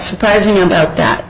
surprising about that